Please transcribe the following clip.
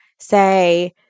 say